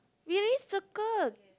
we already circle